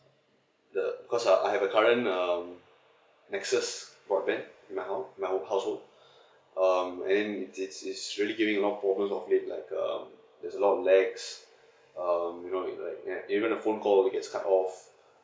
the because uh I have a current um nexus broadband in my home in my own household um and it's it's really giving a lot of problem of it like um there's a lot of lags um you know what I mean right like even the phone call always got cut off